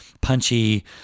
punchy